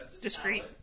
Discreet